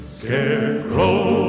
scarecrow